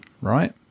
right